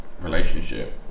relationship